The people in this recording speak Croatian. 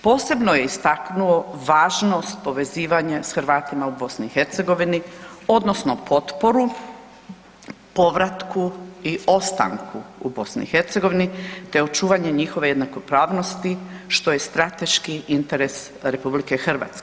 Posebno je istaknuo važnost povezivanja s Hrvatima u BiH, odnosno potporu, povratku i ostanku u BiH te očuvanje njihove jednakopravnosti, što je strateški interes RH.